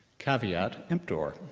caveat emptor.